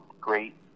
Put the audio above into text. great